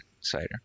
cider